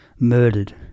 Murdered